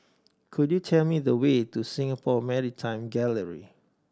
could you tell me the way to Singapore Maritime Gallery